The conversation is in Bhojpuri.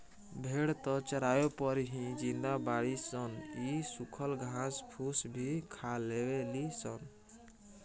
भेड़ त चारवे पर ही जिंदा बाड़ी सन इ सुखल घास फूस भी खा लेवे ली सन